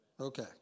Okay